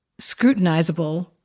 scrutinizable